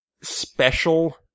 special